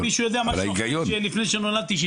אם מישהו יודע משהו אחר מלפני שנולדתי שיגיד.